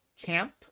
camp